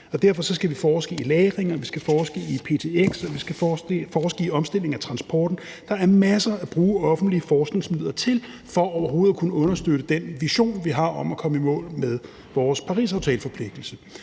og vi skal forske i omstilling af transporten. Der er masser at bruge offentlige forskningsmidler til for overhovedet at kunne understøtte den vision, vi har, om at komme i mål med vores Parisaftaleforpligtelse.